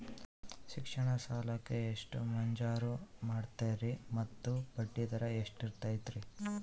ಶಿಕ್ಷಣ ಸಾಲಕ್ಕೆ ಎಷ್ಟು ಮಂಜೂರು ಮಾಡ್ತೇರಿ ಮತ್ತು ಬಡ್ಡಿದರ ಎಷ್ಟಿರ್ತೈತೆ?